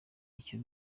icyo